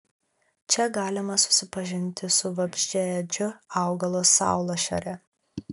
čia galima susipažinti su vabzdžiaėdžiu augalu saulašare